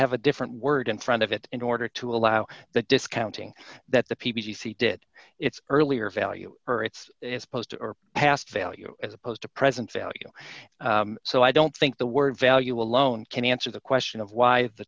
have a different word in front of it in order to allow the discounting that the p p c did its earlier value or it's supposed to or past value as opposed to present value so i don't think the word value alone can answer the question of why the